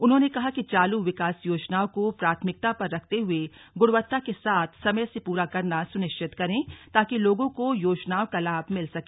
उन्होंने कहा कि चालू विकास योजनाओं को प्राथमिकता पर रखते हुए गुणवत्ता के साथ समय से पूरा करना सुनिश्चित करें ताकि लोगों को योजनाओं का लाभ मिल सके